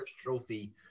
Trophy